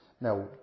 Now